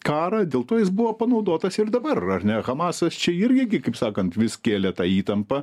karą dėl to jis buvo panaudotas ir dabar ar ne hamasas čia irgi gi kaip sakant vis kėlė ta įtampa